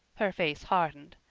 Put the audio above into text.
her face hardened.